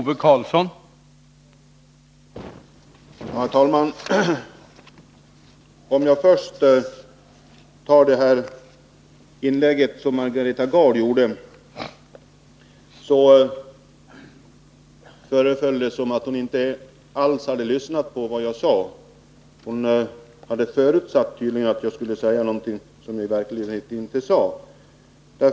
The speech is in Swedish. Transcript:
Herr talman! Först vill jag säga att av Margareta Gards inlägg att döma så förefaller det som om hon inte alls lyssnade på vad jag sade. Hon hade tydligen förutsatt att jag skulle säga någonting som jag i verkligheten inte sade.